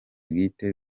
bwite